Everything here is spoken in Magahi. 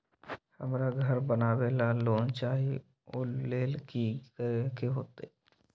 हमरा घर बनाबे ला लोन चाहि ओ लेल की की करे के होतई?